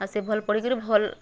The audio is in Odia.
ଆଉ ସେ ଭଲ୍ ପଢ଼ିକରି ଭଲ୍